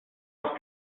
noch